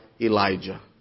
Elijah